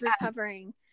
recovering